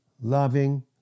loving